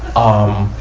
um,